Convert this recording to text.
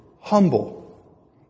humble